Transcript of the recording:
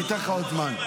אני אתן לך עוד זמן.